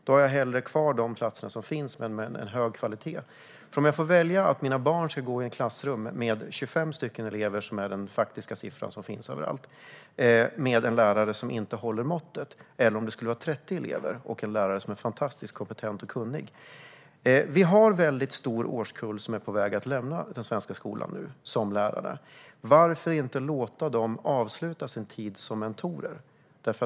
Då har jag hellre kvar de platser som finns men med hög kvalitet, för om jag får välja mellan att mina barn ska gå i en klass med 25 elever, som är den faktiska siffran överallt, och med en lärare som inte håller måttet eller i en klass med 30 elever och en lärare som är fantastiskt kompetent och kunnig väljer jag det senare. Det är en väldigt stor årskull lärare som är på väg att lämna den svenska skolan nu. Varför inte låta dem avsluta sin tid som mentorer?